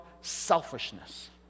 selfishness